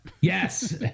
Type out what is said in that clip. Yes